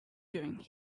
doing